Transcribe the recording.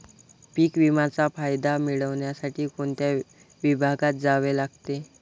पीक विम्याचा फायदा मिळविण्यासाठी कोणत्या विभागात जावे लागते?